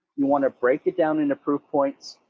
you want to break it down into proof points,